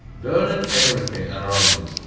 burning everything around it.